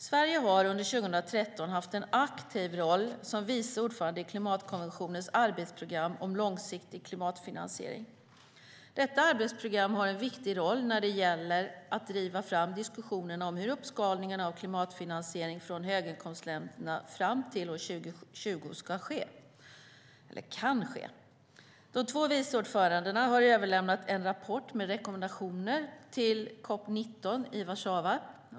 Sverige har under 2013 haft en aktiv roll som vice ordförande i Klimatkonventionens arbetsprogram om långsiktig klimatfinansiering. Detta arbetsprogram har en viktig roll när det gäller att driva fram diskussionerna om hur uppskalningen av klimatfinansiering från höginkomstländerna fram till år 2020 kan ske. De två vice ordförandena har överlämnat en rapport med rekommendationer till COP 19 i Warszawa.